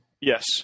Yes